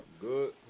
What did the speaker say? Good